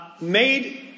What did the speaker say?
made